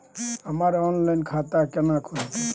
हमर ऑनलाइन खाता केना खुलते?